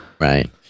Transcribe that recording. right